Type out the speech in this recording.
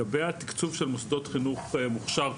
התיקצוב של מוסדות חינוך מוכשר,